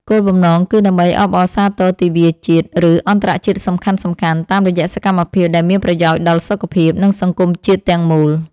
គោលបំណងគឺដើម្បីអបអរសាទរទិវាជាតិ ឬអន្តរជាតិសំខាន់ៗ តាមរយៈសកម្មភាពដែលមានប្រយោជន៍ដល់សុខភាព និងសង្គមជាតិទាំងមូល។